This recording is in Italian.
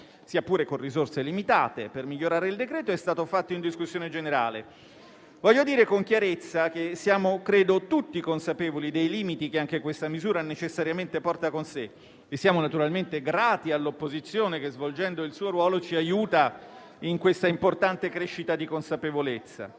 sia pure con risorse limitate per migliorare il decreto-legge, è stato fatto in discussione generale. Vorrei dire con chiarezza che credo siamo tutti consapevoli dei limiti che anche questa misura necessariamente porta con sé e siamo naturalmente grati all'opposizione che, svolgendo il suo ruolo, ci aiuta in questa importante crescita di consapevolezza.